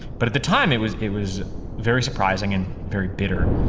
but at the time it was it was very surprising and very bitter.